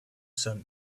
sun